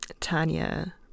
Tanya